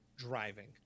driving